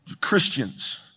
Christians